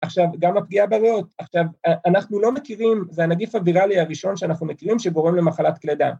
‫עכשיו, גם הפגיעה בריאות. ‫עכשיו, אנחנו לא מכירים, ‫זה הנגיף הוויראלי הראשון שאנחנו מכירים ‫שגורם למחלת כלי דם.